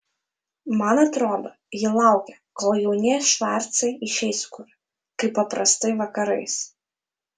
man atrodo ji laukia kol jaunieji švarcai išeis kur kaip paprastai vakarais